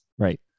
Right